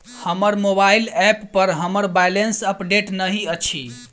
हमर mobile app पर हमर बैलेंस अपडेट नहि अछि